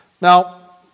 Now